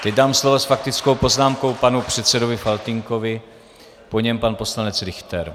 Teď dám slovo s faktickou poznámkou panu předsedovi Faltýnkovi, po něm pan poslanec Richter.